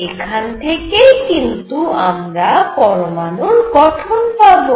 এখান থেকেই কিন্তু আমরা পরমাণুর গঠন পাবো